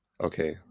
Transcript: okay